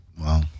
Wow